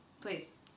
Please